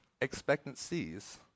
expectancies